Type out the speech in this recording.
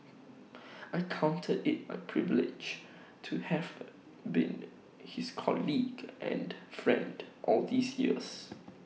I counted IT my privilege to have been his colleague and friend all these years